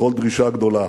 לכל דרישה גדולה.